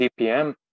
DPM